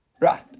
right